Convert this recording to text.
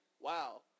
wow